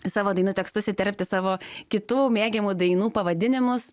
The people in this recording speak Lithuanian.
į savo dainų tekstus įterpti savo kitų mėgiamų dainų pavadinimus